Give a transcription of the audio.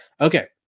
okay